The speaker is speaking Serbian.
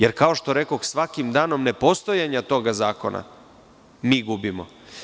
Jer, kao što rekoh, svakim danom nepostojanja tog zakona mi gubimo.